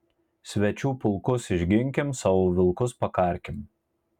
svečių pulkus išginkim savo vilkus pakarkim